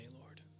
Lord